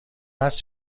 هست